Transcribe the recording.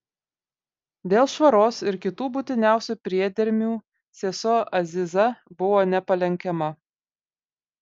dėl švaros ir kitų būtiniausių priedermių sesuo aziza buvo nepalenkiama